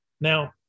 Now